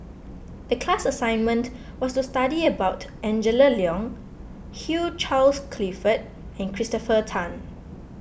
the class assignment was to study about Angela Liong Hugh Charles Clifford and Christopher Tan